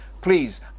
please